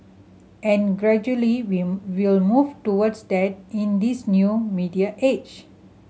and gradually we've we'll move towards that in this new media age